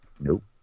nope